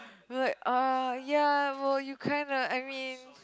we're like uh ya well you kinda I mean